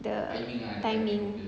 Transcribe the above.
the timing